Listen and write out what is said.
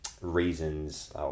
reasons